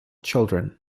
children